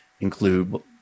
include